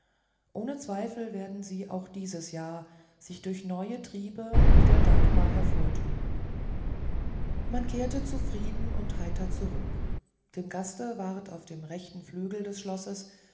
ohne zweifel werden sie auch dieses jahr sich durch neue triebe wieder dankbar hervortun man kehrte zufrieden und heiter zurück dem gaste ward auf dem rechten flügel des schlosses